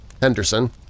Henderson